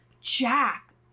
Jack